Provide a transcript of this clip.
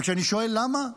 וכשאני שואל למה,